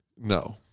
No